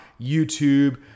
YouTube